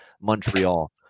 Montreal